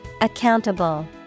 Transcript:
Accountable